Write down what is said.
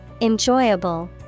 Enjoyable